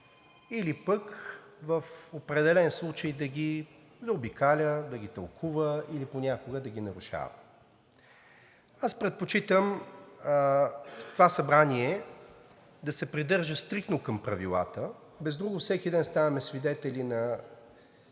или пък в определен случай да ги заобикаля, да ги тълкува или понякога да ги нарушава. Аз предпочитам това Събрание да се придържа стриктно към правилата, без друго всеки ден ставаме свидетели на